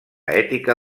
ètica